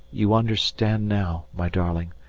you understand now, my darling,